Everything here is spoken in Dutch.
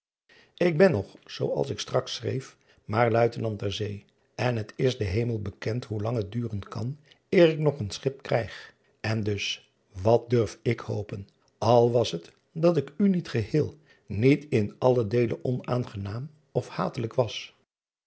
k ben nog zoo als straks schreef maar uitenant ter zee en t is den emel bekend hoe lang het duren kan eer ik nog een schip krijg en dus wat durf ik hopen al was het dat ik u al niet geheel niet in allen deele onaangenaam of hatelijk was